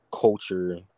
culture